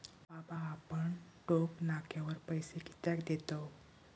बाबा आपण टोक नाक्यावर पैसे कित्याक देतव?